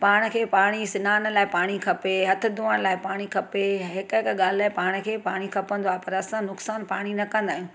पाण खे पाणी सनान लाइ पाणी खपे हथ धोअण लाइ पाणी खपे हिकु हिकु ॻाल्हि लाइ पाण खे पाणी खपंदो आ्हे पर असां नुक़सानु पाणी न कंदा आहियूं